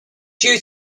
due